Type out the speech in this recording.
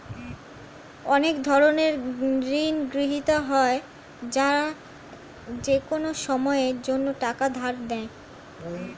অনেক ধরনের ঋণগ্রহীতা হয় যারা যেকোনো সময়ের জন্যে টাকা ধার নেয়